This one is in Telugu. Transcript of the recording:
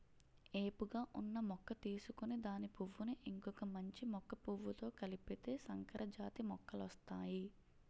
ఏపుగా ఉన్న మొక్క తీసుకొని దాని పువ్వును ఇంకొక మంచి మొక్క పువ్వుతో కలిపితే సంకరజాతి మొక్కలొస్తాయి